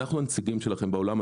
אנחנו הנציגים שלכם בעולם,